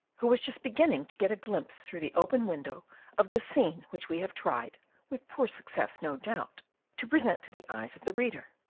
who was just beginning to get a glimpse through the open window of the scene which we have tried with poor success, no doubt to present to the eyes of the reader.